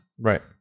right